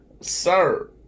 sir